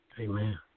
Amen